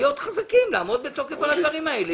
חזקים ולעמוד בתוקף על הדברים האלה,